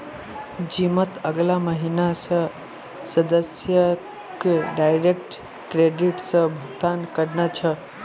जिमत अगला महीना स सदस्यक डायरेक्ट क्रेडिट स भुक्तान करना छ